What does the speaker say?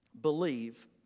believe